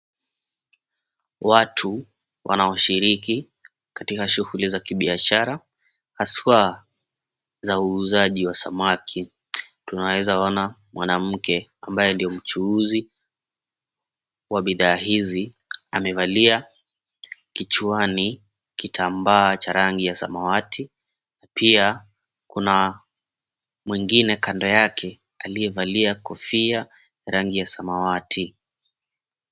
Watu wanaoshiriki katika shughuli za kibiashara haswaa za uuzaji wa samaki. Tunaweza ona mwanamke ambaye ndo mchuuzi wa bidhaa hizi amevalia kichwani kitambaa cha rangi ya samawati na pia kuna mwengine kando yake aliyevalia kofia rangi ya samawati.